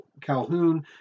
Calhoun